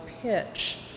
pitch